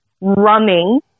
running